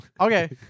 Okay